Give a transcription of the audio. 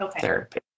therapy